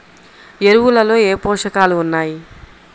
ఎరువులలో ఏ పోషకాలు ఉన్నాయి?